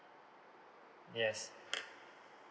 yes